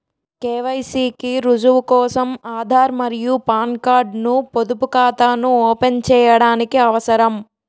KYC కి రుజువు కోసం ఆధార్ మరియు పాన్ కార్డ్ ను పొదుపు ఖాతాను ఓపెన్ చేయడానికి అవసరం